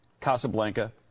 Casablanca